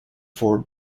four